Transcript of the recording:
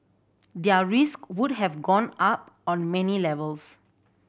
their risk would have gone up on many levels